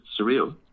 surreal